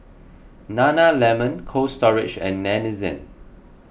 Nana Lemon Cold Storage and Denizen